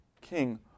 king